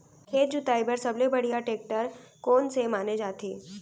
खेत जोताई बर सबले बढ़िया टेकटर कोन से माने जाथे?